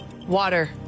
Water